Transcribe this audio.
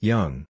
Young